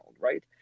Right